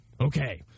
Okay